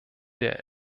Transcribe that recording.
der